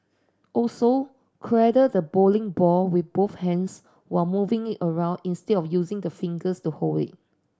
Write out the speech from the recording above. also cradle the bowling ball with both hands while moving it around instead of using the fingers to hold it